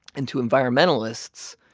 and to environmentalists,